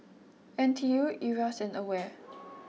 N T U Iras and Aware